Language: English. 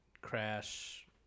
crash